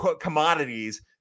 commodities –